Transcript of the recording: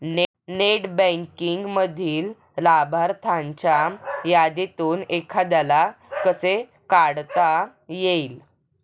Net बँकिंगमधील लाभार्थ्यांच्या यादीतून एखाद्याला कसे काढता येईल?